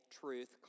truth